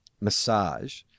massage